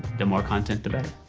the more content, the but